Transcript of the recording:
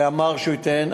ואמר שהוא ייתן,